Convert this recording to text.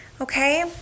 Okay